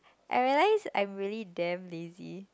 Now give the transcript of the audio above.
I realise I'm really damn lazy